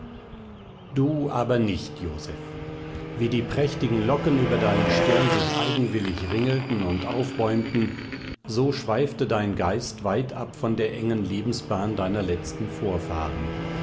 du aber nicht joseph wie die prächtigen locken über deiner stirn sich eigenwillig ringelten und aufbäumten so schweifte dein geist weit ab von der engen lebensbahn deiner letzten vorfahren